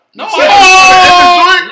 no